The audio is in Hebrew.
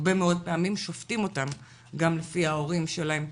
הרבה מאוד פעמים שופטים אותם גם לפי ההורים שלהם,